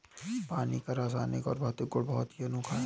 पानी का रासायनिक और भौतिक गुण बहुत ही अनोखा है